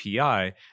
API